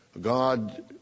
God